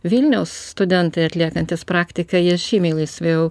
vilniaus studentai atliekantys praktiką jie žymiai laisviau